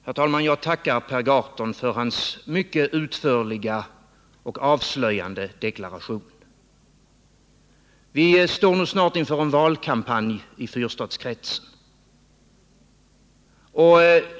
Herr talman! Jag tackar Per Gahrton för hans mycket utförliga och avslöjande deklaration. Vistår nu snart inför en valkampanj i fyrstadskretsen.